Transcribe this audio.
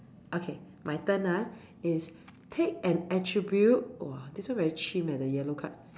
okay my turn ah is take an attribute !woah! this one very chim leh the yellow card